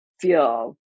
feel